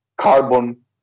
carbon